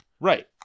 Right